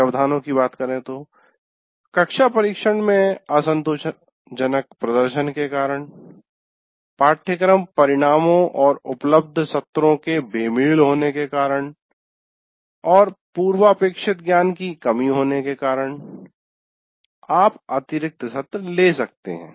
व्यवधानों जैसे कि कक्षा परीक्षण में असंतोषजनक प्रदर्शन के कारण पाठ्यक्रम परिणामों और उपलब्ध सत्रों के बेमेल होने के कारण और पूर्वापेक्षित ज्ञान कि कमी होने के कारण आप अतिरिक्त सत्र ले सकते हैं